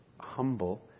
humble